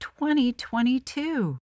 2022